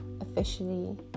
officially